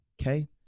Okay